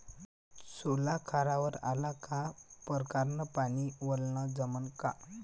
सोला खारावर आला का परकारं न पानी वलनं जमन का?